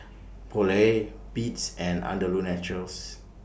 Poulet Beats and Andalou Naturals